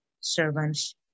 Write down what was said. servants